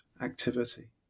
activity